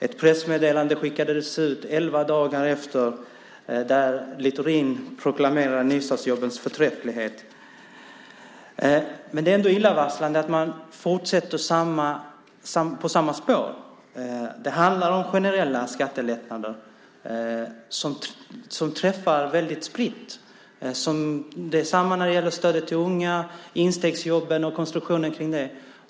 Ett pressmeddelande skickades ut elva dagar efteråt där Littorin proklamerade nystartsjobbens förträfflighet. Det är ändå illavarslande att man fortsätter på samma spår. Det handlar om generella skattelättnader, som träffar väldigt spritt. Det är detsamma när det gäller stödet till unga, instegsjobben och konstruktionen kring det.